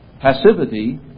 Passivity